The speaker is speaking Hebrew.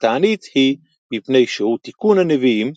תענית היא "מפני שהוא תיקון הנביאים,